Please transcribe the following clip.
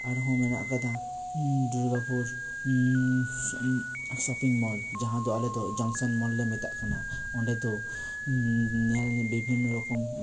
ᱟᱨᱦᱚᱸ ᱢᱮᱱᱟᱜ ᱟᱠᱟᱫᱟ ᱫᱩᱨᱜᱟᱯᱩᱨ ᱥᱚᱯᱤᱝ ᱢᱚᱞ ᱡᱟᱦᱟᱸ ᱫᱚ ᱟᱞᱮ ᱫᱚ ᱡᱚᱝᱥᱮᱱ ᱢᱚᱞ ᱞᱮ ᱢᱮᱛᱟᱜ ᱠᱟᱱᱟ ᱚᱸᱰᱮ ᱫᱚ ᱧᱮᱞ ᱵᱤᱵᱷᱤᱱᱱᱚ ᱨᱚᱠᱚᱢ